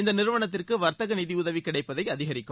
இந்த நிறுவனத்திற்கு வர்த்தக நிதி உதவி கிடைப்பதை அதிகரிக்கும்